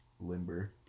limber